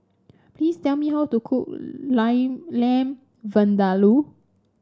please tell me how to cook Line Lamb Vindaloo